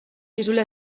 dizula